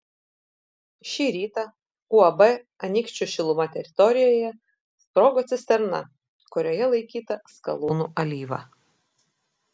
šį rytą uab anykščių šiluma teritorijoje sprogo cisterna kurioje laikyta skalūnų alyva